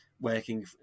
working